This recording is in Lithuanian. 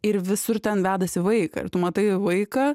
ir visur ten vedasi vaiką ir tu matai vaiką